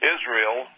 Israel